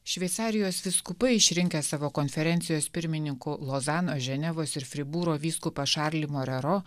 šveicarijos vyskupai išrinkę savo konferencijos pirmininku lozanos ženevos ir fribūro vyskupą šarlį marero